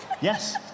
Yes